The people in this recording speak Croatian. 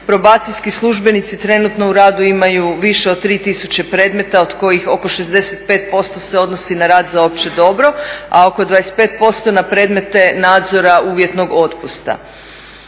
Probacijski službenici trenutno u radu imaju više od 3000 predmeta, od kojih oko 65% se odnosi na rad za opće dobro, a oko 25% na predmete nadzora uvjetnog otpusta.